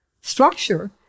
structure